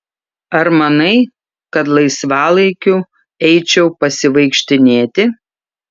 ar manai kad laisvalaikiu eičiau pasivaikštinėti